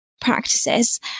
practices